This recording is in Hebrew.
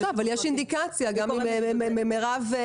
אבל יש אינדיקציה וכאן